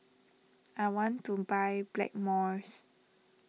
I want to buy Blackmores